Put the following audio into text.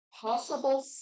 possible